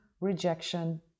rejection